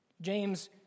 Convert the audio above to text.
James